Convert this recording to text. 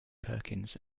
perkins